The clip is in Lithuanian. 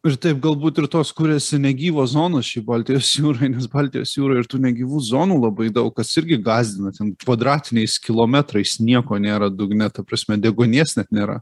ir taip galbūt ir tos kuriasi negyvo zonos šiaip baltijos jūroj nes baltijos jūroj ir tų negyvų zonų labai daug kas irgi gąsdina ten kvadratiniais kilometrais nieko nėra dugne ta prasme deguonies net nėra